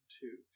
two